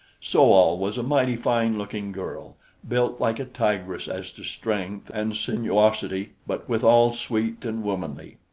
so-al was a mighty fine-looking girl, built like a tigress as to strength and sinuosity, but withal sweet and womanly.